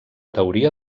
teoria